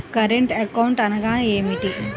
Current account అనగా ఏమిటి?